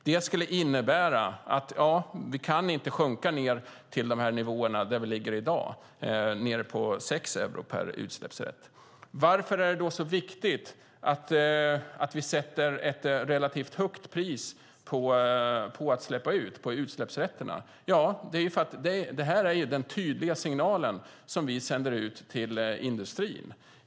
Det skulle innebära att vi inte kan sjunka ned till de nivåer där vi ligger i dag på 6 euro per utsläppsrätt. Varför är det då så viktigt att vi sätter ett relativt högt pris på utsläppsrätterna? Det är för att det här är den tydliga signalen som vi sänder ut till industrin.